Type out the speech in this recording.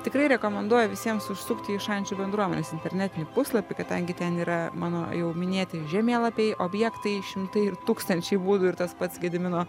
tikrai rekomenduoju visiems užsukti į šančių bendruomenės internetinį puslapį kadangi ten yra mano jau minėti žemėlapiai objektai šimtai ir tūkstančiai būdų ir tas pats gedimino